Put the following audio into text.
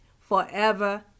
forever